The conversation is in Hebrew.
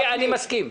אני מסכים.